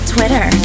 Twitter